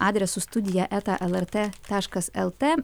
adresu studija eta lrt taškas lt